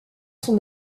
son